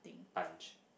punch